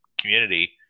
community